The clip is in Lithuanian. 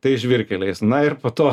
tais žvyrkeliais na ir po to